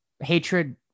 Hatred